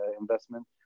investment